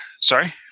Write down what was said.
sorry